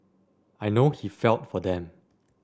I know he felt for them